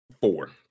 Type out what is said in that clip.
four